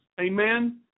Amen